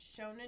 Shonen